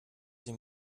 sie